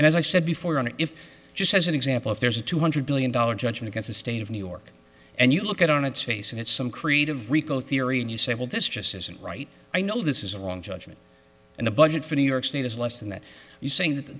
and as i said before on the if just as an example if there's a two hundred billion dollars judgment against the state of new york and you look at on its face and its some creative rico theory and you say well this just isn't right i know this is wrong judgment and the budget for new york state is less than that you saying that that